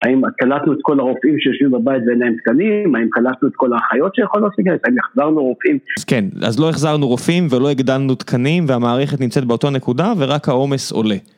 האם קלטנו את כל הרופאים שיושבים בבית ואין להם תקנים? האם קלטנו את כל האחיות שיכולות להקלט? האם החזרנו רופאים? כן, אז לא החזרנו רופאים ולא הגדלנו תקנים והמערכת נמצאת באותו נקודה ורק העומס עולה.